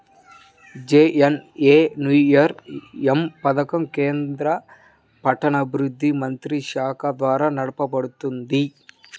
JNNURM పథకం కేంద్ర పట్టణాభివృద్ధి మంత్రిత్వశాఖ ద్వారా నడపబడుతున్నది